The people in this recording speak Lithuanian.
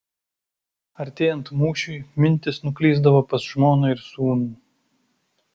artėjant mūšiui mintys nuklysdavo pas žmoną ir sūnų